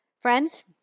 Friends